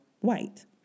white